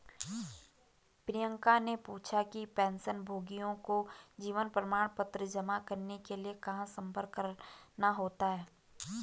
प्रियंका ने पूछा कि पेंशनभोगियों को जीवन प्रमाण पत्र जमा करने के लिए कहाँ संपर्क करना होता है?